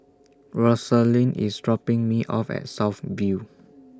Rosalyn IS dropping Me off At South View